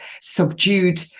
subdued